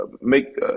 make